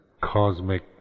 cosmic